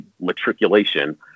matriculation